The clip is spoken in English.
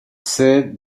said